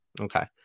Okay